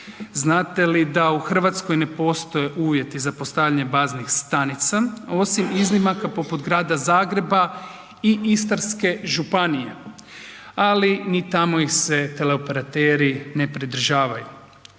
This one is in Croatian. Znate li da u Hrvatskoj ne postoje uvjeti za postavljanje baznih stanica, osim iznimaka poput grada Zagreba i Istarske županije? Ali, ni tamo ih se teleoperateri ne pridržavaju.